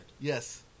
Yes